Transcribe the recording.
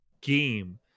game